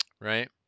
right